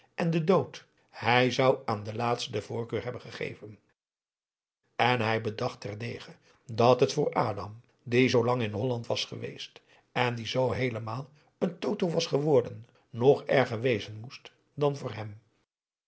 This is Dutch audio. en den dood hij zou aan den laatsten de voorkeur hebben gegeven en hij bedacht terdege dat het voor adam die zoolang in holland was geweest en die zoo heelemaal een totoh was geworden nog erger wezen moest dan voor hem